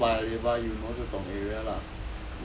做 paya lebar eunos 这种 area lah